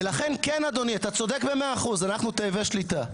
ולכן כן אדוני אתה צודק ב-100% אנחנו תאבי שליטה.